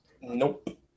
Nope